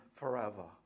forever